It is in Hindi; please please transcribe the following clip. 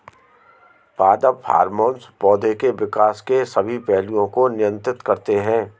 पादप हार्मोन पौधे के विकास के सभी पहलुओं को नियंत्रित करते हैं